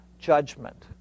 judgment